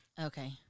Okay